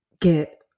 get